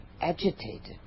agitated